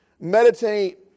meditate